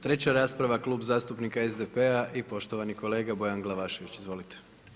Treća rasprava Klub zastupnika SDP-a i poštovani kolega Bojan Glavašević, izvolite.